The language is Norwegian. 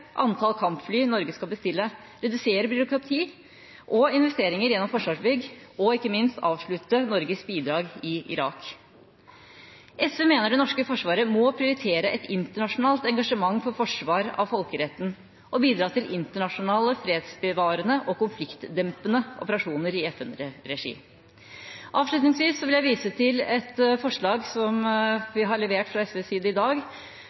antall kampfly Norge skal bestille, redusere byråkrati og investeringer gjennom Forsvarsbygg og, ikke minst, avslutte Norges bidrag i Irak. SV mener det norske forsvaret må prioritere et internasjonalt engasjement for forsvar av folkeretten og bidra til internasjonale fredsbevarende og konfliktdempende operasjoner i FN-regi. Avslutningsvis vil jeg vise til et forslag som vi har levert fra SVs side i dag,